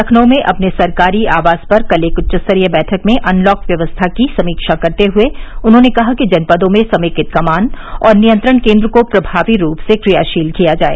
लखनऊ में अपने सरकारी आवास पर कल एक उच्च स्तरीय बैठक में अनलॉक व्यवस्था की समीक्षा करते हुए उन्होंने कहा कि जनपदों में समेकित कमान और नियंत्रण केंद्र को प्रभावी रूप से क्रियाशील किया जाए